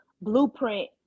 blueprint